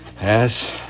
Yes